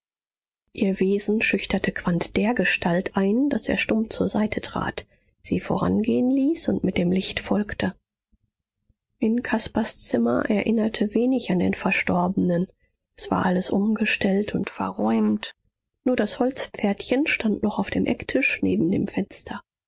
ihr wesen schüchterte quandt dergestalt ein daß er stumm zur seite trat sie vorangehen ließ und mit dem licht folgte in caspars zimmer erinnerte wenig an den verstorbenen es war alles umgestellt und verräumt nur das holzpferdchen stand noch auf dem ecktisch neben dem fenster